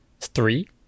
three